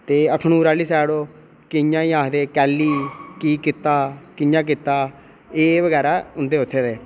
ते अखनूर आह्ली साइड कि'यां आखदे कैह्ली की कीता कि'यां कीता एह् बगैरा उं'दे उत्थै